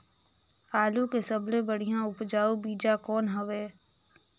आलू के सबले बढ़िया उपजाऊ बीजा कौन हवय?